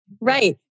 right